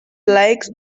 legs